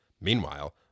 Meanwhile